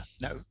no